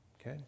Okay